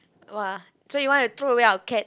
!wah! so you want to throw away our cat